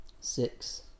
six